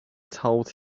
told